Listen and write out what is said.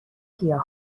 گیاه